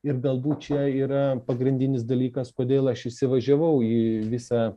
ir galbūt čia yra pagrindinis dalykas kodėl aš įsivažiavau į visą